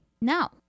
No